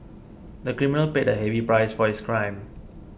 the criminal paid a heavy price for his crime